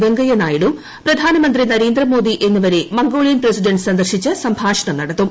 വെങ്കയ്യ നായിഡു പ്രധാനമന്ത്രി നരേന്ദ്ര മോദിഎന്നിവരെ മംഗോളിയൻ പ്രസിഡന്റ്സന്ദർശിച്ച്സംഭാഷണം നടത്തും